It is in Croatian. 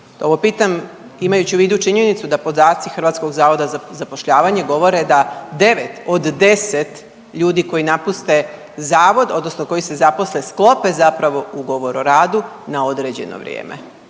Ovo pitam imajući u vidu činjenicu da podaci HZZ-a govore da 9 od 10 ljudi koji napuste zavod odnosno koji se zaposle sklope zapravo ugovor o radu na određeno vrijeme.